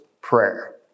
Prayer